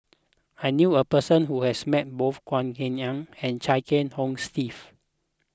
I knew a person who has met both Goh Eng Han and Chia Kiah Hong Steve